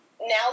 now